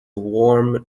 warm